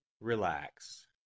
Relax